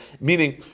meaning